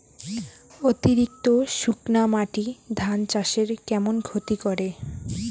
অতিরিক্ত শুকনা মাটি ধান চাষের কেমন ক্ষতি করে?